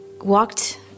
walked